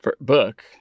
book